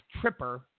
Tripper